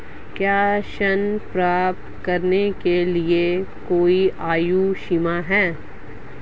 क्या ऋण प्राप्त करने के लिए कोई आयु सीमा है?